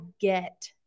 get